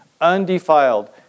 undefiled